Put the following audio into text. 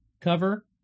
cover